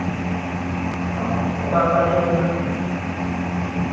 ᱚ ᱚᱠᱟ ᱚᱠᱟ ᱫᱤᱱ ᱨᱮ ᱦᱟᱸᱜ